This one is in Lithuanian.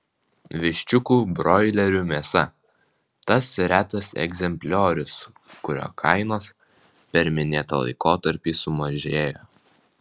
viščiukų broilerių mėsa tas retas egzempliorius kurio kainos per minėtą laikotarpį sumažėjo